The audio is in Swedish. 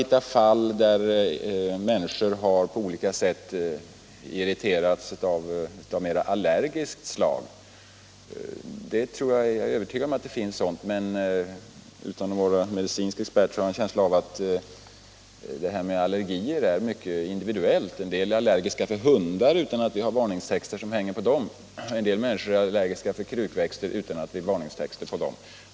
Sedan finns det naturligtvis fall där människor har reagerat allergiskt på olika sätt. Jag är övertygad om att sådant förekommer, men utan att vara medicinsk expert har jag en känsla av att detta med allergier är mycket individuellt. En del människor är allergiska för hundar, men vi har inte för den skull varningsmärken på dem, och en del människor är allergiska för krukväxter, och inte heller på dem har vi varningsmärken.